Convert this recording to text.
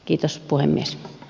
arvoisa puhemies